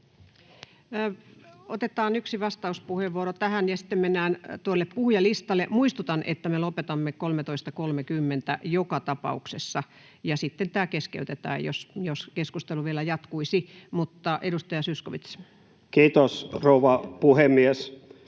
Otetaan yksi vastauspuheenvuoro tähän, ja sitten mennään puhujalistalle. Muistutan, että me lopetamme kello 13.30 joka tapauksessa, ja sitten tämä keskeytetään, vaikka keskustelu vielä jatkuisi. — Mutta edustaja Zyskowicz. [Speech 6] Speaker: